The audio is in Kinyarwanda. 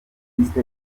baptiste